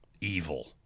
evil